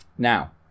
Now